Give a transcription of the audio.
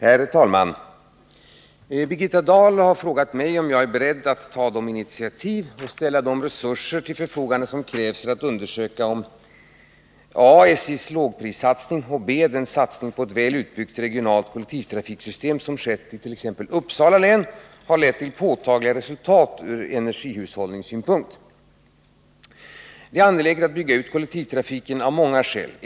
Herr talman! Birgitta Dahl har frågat mig om jag är beredd att ta de initiativ och ställa de resurser till förfogande som krävs för att undersöka om a) SJ:s lågprissatsning och b) den satsning på ett väl utbyggt regionalt kollektivtrafiksystem som skett i t.ex. Uppsala län har lett till påtagliga resultat ur energihushållningssynpunkt. Det är angeläget att bygga ut kollektivtrafiken av många skäl.